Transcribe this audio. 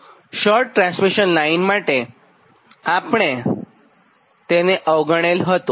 short transmission line માટે આપણે તે અવગણેલ હતું